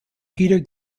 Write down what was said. peter